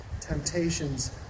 temptations